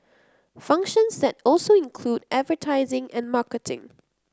functions that also include advertising and marketing